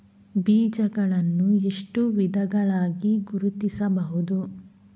ಬೀಜಗಳನ್ನು ಎಷ್ಟು ವಿಧಗಳಾಗಿ ಗುರುತಿಸಬಹುದು?